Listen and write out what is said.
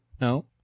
No